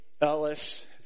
Ellis